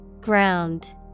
ground